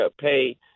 pay